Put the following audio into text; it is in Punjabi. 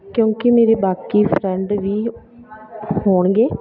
ਕਿਉਂਕਿ ਮੇਰੇ ਬਾਕੀ ਫਰੈਂਡ ਵੀ ਹੋਣਗੇ